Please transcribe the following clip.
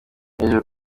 hejuru